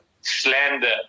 slander